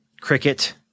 cricket